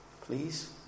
please